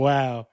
Wow